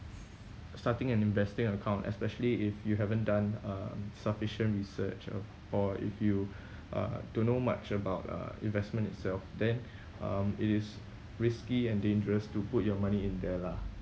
starting an investing account especially if you haven't done um sufficient research of or if you uh don't know much about uh investment itself then um it is risky and dangerous to put your money in there lah